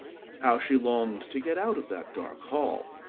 how she longed to get out of that dark hall,